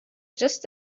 just